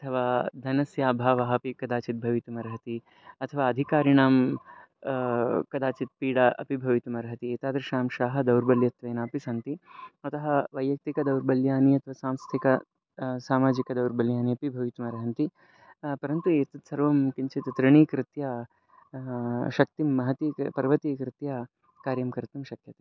अथवा धनस्य अभावः अपि कदाचित् भवितुम् अर्हति अथवा अधिकारिणां कदाचित् पीडा अपि भवितुम् अर्हति एतादृशः अंशः दौर्बल्यत्वेन अपि सन्ति अतः वैयक्तिक दौर्बल्यानि अथवा सांस्थिक सामाजिक दौर्बल्यानि अपि भवितुम् अर्हन्ति परन्तु एतद्सर्वं किञ्चित् ऋणीकृत्य शक्तिं महती पर्वती कृत्य कार्यं कर्तुं शक्यते